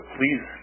please